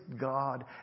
God